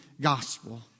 gospel